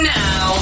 now